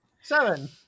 Seven